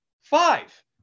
five